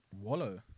Wallow